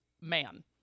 man